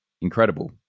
incredible